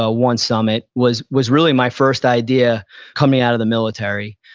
ah one summit was was really my first idea coming out of the military.